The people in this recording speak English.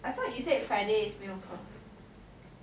I thought you said friday is 没有空